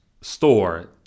store